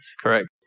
correct